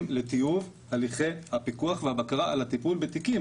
לטיוב הליכי הפיקוח והבקרה על הטיפול בתיקים.